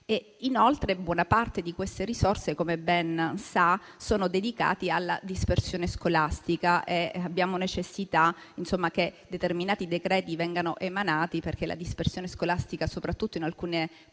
Inoltre, buona parte di queste risorse, come ben sa, è dedicata alla dispersione scolastica e abbiamo necessità che determinati decreti vengano emanati perché la dispersione scolastica, soprattutto in alcune parti